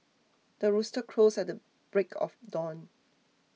the rooster crows at the break of dawn